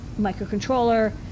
microcontroller